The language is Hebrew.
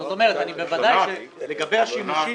זאת אומרת, אני בוודאי, לגבי השימושים